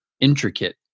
intricate